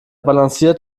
balanciert